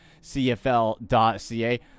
cfl.ca